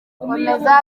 komeza